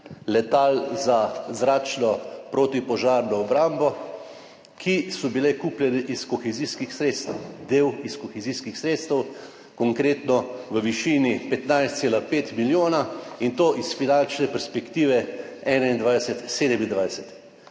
letal za zračno protipožarno obrambo, ki so bila kupljena iz kohezijskih sredstev, del iz kohezijskih sredstev, konkretno v višini 15,5 milijona, in to iz finančne perspektive 2021–2027.